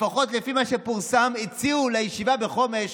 לפחות לפי מה שפורסם, הציעו לישיבה בחומש: